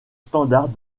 standard